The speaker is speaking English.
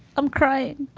i'm crying.